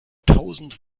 tausend